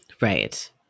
right